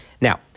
Now